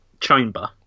chamber